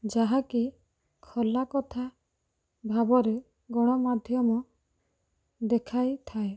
ଯାହାକି ଖୋଲାକଥା ଭାବରେ ଗଣମାଧ୍ୟମ ଦେଖାଇଥାଏ